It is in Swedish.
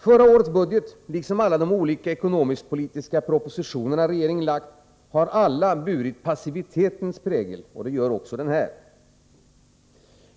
Förra årets budget bar, liksom alla de olika ekonomisk-politiska propositionerna har gjort, passivitetens prägel. Det gör också denna budget.